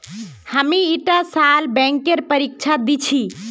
हामी ईटा साल बैंकेर परीक्षा दी छि